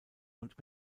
und